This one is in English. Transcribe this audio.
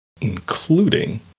including